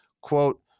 quote